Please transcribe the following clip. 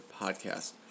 podcast